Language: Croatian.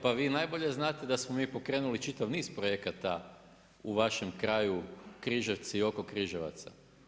Pa vi najbolje znate da smo mi pokrenuli čitav niz projekata u vašem kraju Križevci i oko Križevaca.